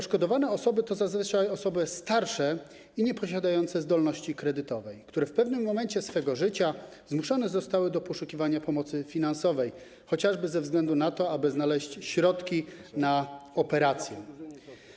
Są to zazwyczaj osoby starsze, nieposiadające zdolności kredytowej, które w pewnym momencie swojego życia zmuszone zostały do poszukiwania pomocy finansowej chociażby ze względu na to, aby znaleźć środki na operację.